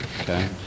okay